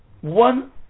one